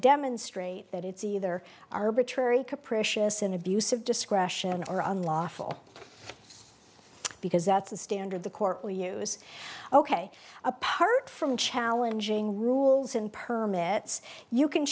demonstrate that it's either arbitrary capricious an abuse of discretion or unlawful because that's the standard the court will use ok apart from challenging rules and permits you can